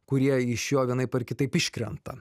kurie iš jo vienaip ar kitaip iškrenta